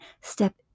step